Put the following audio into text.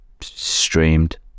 Streamed